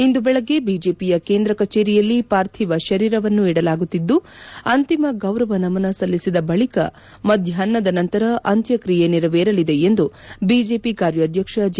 ಇಂದು ಬೆಳಗ್ಗೆ ಬಿಜೆಪಿಯ ಕೇಂದ್ರ ಕಚೇರಿಯಲ್ಲಿ ಪಾರ್ಥಿವ ಶರೀರವನ್ನು ಇಡಲಾಗುತ್ತಿದ್ದು ಅಂತಿಮ ಗೌರವ ನಮನ ಸಲ್ಲಿಸಿದ ಬಳಿಕೆ ಮಧ್ಯಾಪ್ನದ ನಂತರ ಅಂತ್ಯಕ್ತಿಯೆ ನೆರವೇರಲಿದೆ ಎಂದು ಬಿಜೆಪಿ ಕಾರ್ಯಾಧ್ಯಕ್ಷ ಜೆ